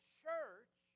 church